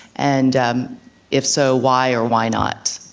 and if so, why or why not?